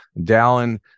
Dallin